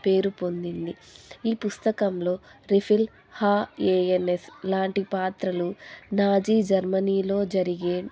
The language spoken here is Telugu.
పేరు పొందింది ఈ పుస్తకంలో రిఫిల్ హా ఏఎన్ఎస్ లాంటి పాత్రలు నాజీ జర్మనీలో జరిగే